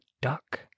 duck